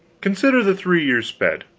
consider the three years sped.